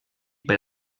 per